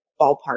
ballpark